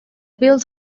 built